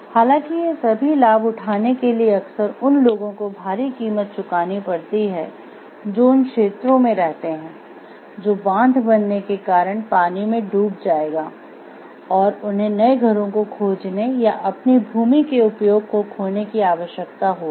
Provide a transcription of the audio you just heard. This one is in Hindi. हालांकि ये सभी लाभ उठाने के लिए अक्सर उन लोगों को भारी कीमत चुकानी पड़ती हैं जो उन क्षेत्रों में रहते हैं जो बांध बनने के कारण पानी में डूब जायेगा और उन्हें नए घरों को खोजने या अपनी भूमि के उपयोग को खोने की आवश्यकता होगी